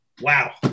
wow